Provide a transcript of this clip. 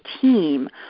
team